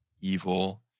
evil